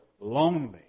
lonely